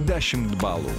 dešimt balų